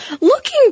Looking